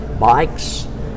bikes